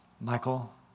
Michael